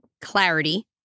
clarity